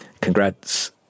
Congrats